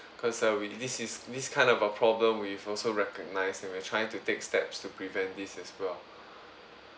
because uh we this is this kind of a problem we've also recognise and we're trying to take steps to prevent this as well